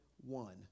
one